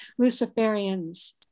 Luciferians